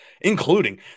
including